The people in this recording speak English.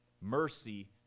Mercy